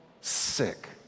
sick